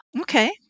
Okay